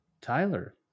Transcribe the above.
Tyler